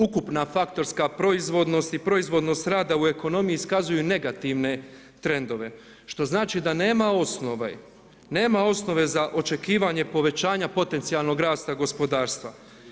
Ukupna faktorska proizvodnost i proizvodnost rada u ekonomiji iskazuju negativne trendove, što znači da nema osnove za očekivanje povećanja potencijalnog rasta gospodarstva.